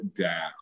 Down